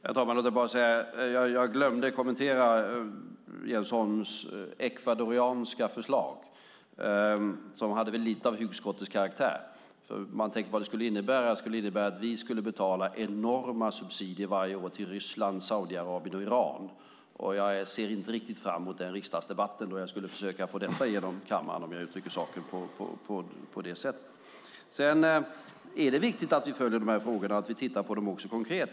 Herr talman! Jag glömde kommentera Jens Holms ecuadorianska förslag som väl hade lite av hugskottets karaktär. Det skulle innebära att vi fick betala enorma subsidier varje år till Ryssland, Saudiarabien och Iran. Jag ser inte riktigt fram emot den riksdagsdebatt då jag skulle försöka få igenom det i kammaren, om jag uttrycker saken på det sättet. Det är viktigt att vi följer dessa frågor och också tittar på dem konkret.